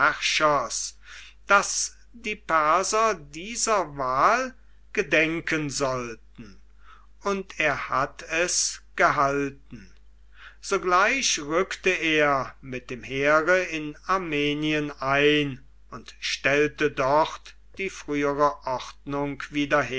daß die perser dieser wahl gedenken sollten und er hat es gehalten sogleich rückte er mit dem heere in armenien ein und stellte dort die frühere ordnung wieder